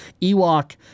Ewok